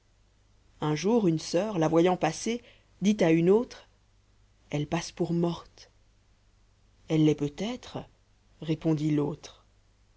un jour une soeur la voyant passer dit à une autre elle passe pour morte elle l'est peut-être répondit l'autre